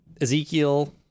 Ezekiel